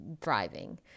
thriving